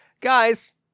guys